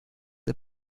der